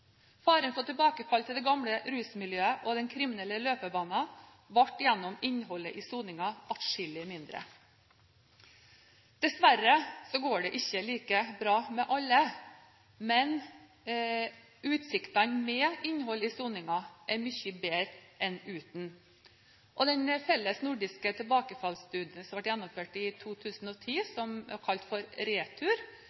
Faren for tilbakefall til det gamle rusmiljøet og den kriminelle løpebanen ble gjennom innholdet i soningen atskillig mindre. Dessverre går det ikke like bra med alle. Men utsiktene med innhold i soningen er mye bedre enn uten. Den felles nordiske tilbakefallsstudien som ble gjennomført i 2010,